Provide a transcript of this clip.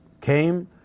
came